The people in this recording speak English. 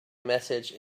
message